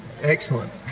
Excellent